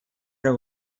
der